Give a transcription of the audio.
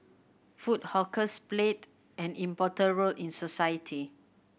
food hawkers played an important role in society